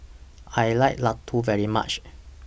I like Laddu very much